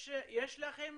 יש לכם